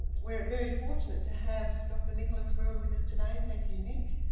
we're very fortunate to have dr. nicholas gruen with us today, thank you nick.